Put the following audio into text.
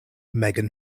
megan